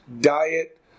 diet